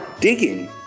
digging